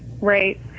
Right